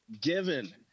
given